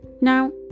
Now